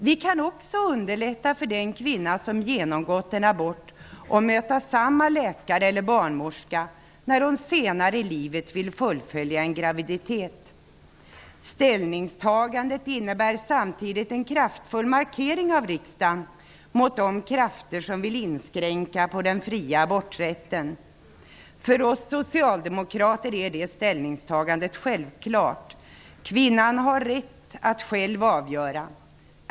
Vi kan också underlätta för den kvinna som genomgått en abort att möta samma läkare eller barnmorska när hon senare i livet vill fullfölja en graviditet. Ställningstagandet innebär samtidigt en kraftfull markering av riksdagen mot de krafter som vill inskränka den fria aborträtten. För oss socialdemokrater är det ställningstagandet självklart. Kvinnan har rätt att själv avgöra.